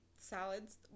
salads